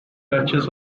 duchess